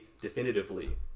definitively